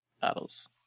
Battles